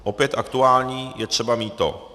Opět aktuální je třeba mýto.